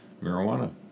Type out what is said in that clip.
marijuana